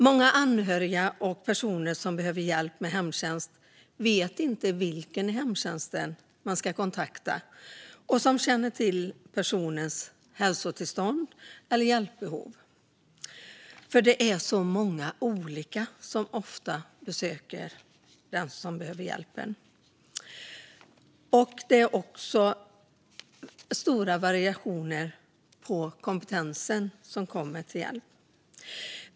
Många anhöriga och personer som behöver hjälp av hemtjänsten vet inte vem hos hemtjänsten de ska kontakta, vem som känner till personens hälsotillstånd eller hjälpbehov. Det är ju så många olika som ofta besöker den som behöver hjälpen. Det är också stora variationer på kompetensen hos dem som hjälper till.